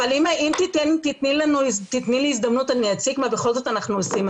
אבל אם תיתני לי הזדמנות אני אציג מה בכל זאת אנחנו עושים,